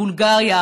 בולגריה,